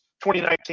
2019